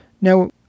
Now